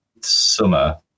summer